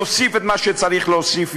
תוסיף את מה שצריך להוסיף.